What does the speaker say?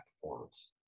Performance